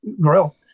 grill